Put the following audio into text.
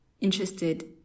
interested